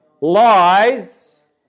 lies